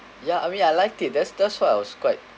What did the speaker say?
ya I mean I liked it that's that I why was quite